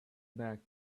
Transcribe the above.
back